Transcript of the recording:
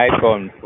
iPhone